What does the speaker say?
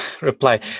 reply